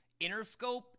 Interscope